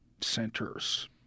centers